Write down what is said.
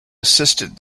assisted